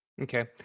Okay